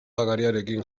gariarekin